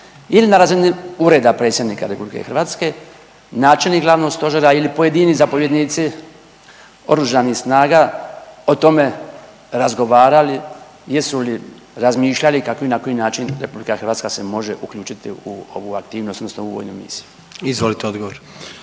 li na razini Ureda Predsjednika RH, načelnik glavnog stožera ili pojedini zapovjednici Oružanih snaga o tome razgovarali, jesu li razmišljali kako i na koji način RH se može uključiti u ovu aktivnost odnosno u vojnu misiju. **Jandroković,